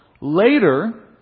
Later